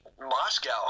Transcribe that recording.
Moscow